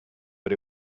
but